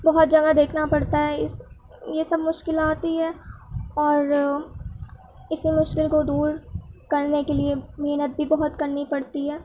بہت جگہ دیکھنا پڑتا ہے اس یہ سب مشکل آتی ہے اور اسی مشکل کو دور کرنے کے لیے محنت بھی بہت کرنی پڑتی ہے